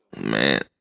man